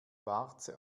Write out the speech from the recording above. warze